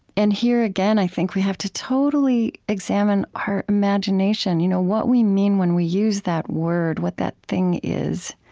and here, again, i think we have to totally examine our imagination, you know what we mean when we use that word, what that thing is.